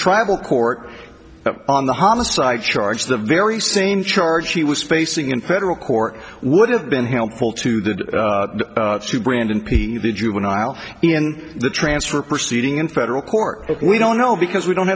tribal court on the homicide charge the very same charge he was facing in federal court would have been helpful to the brand and the juvenile in the transfer proceeding in federal court we don't know because we don't